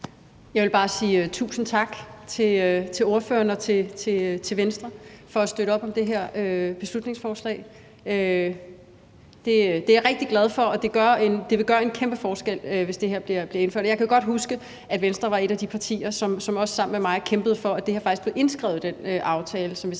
Jeg vil bare sige tusind tak til ordføreren og til Venstre for at støtte op om det her beslutningsforslag. Det er jeg rigtig glad for, og det vil gøre en kæmpe forskel, hvis det her bliver indført. Jeg kan godt huske, at Venstre var et af de partier, som sammen med mig også kæmpede for, at det her faktisk blev indskrevet i den aftale,